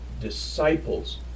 disciples